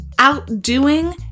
outdoing